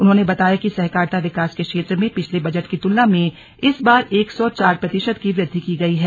उन्होंने बताया कि सहकारिता विकास के क्षेत्र में पिछले बजट की तुलना में इस बार एक सौ चार प्रतिशत की वृद्धि की गई है